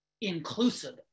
inclusive